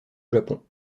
japon